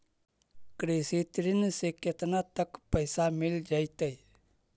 कृषि ऋण से केतना तक पैसा मिल जइतै?